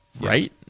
Right